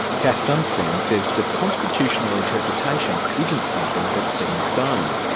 cass sunstein says that constitutional interpretation isn't something that's set in stone.